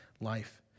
life